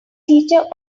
teacher